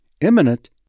Imminent